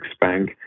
bank